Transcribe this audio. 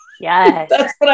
Yes